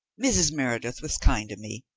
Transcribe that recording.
mrs. meredith was kind to me.